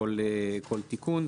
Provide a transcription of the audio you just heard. כל תיקון.